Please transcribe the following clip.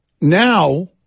Now